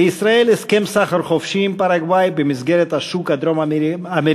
לישראל הסכם סחר חופשי עם פרגוואי במסגרת השוק הדרום-אמריקני,